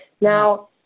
Now